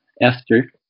Esther